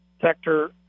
sector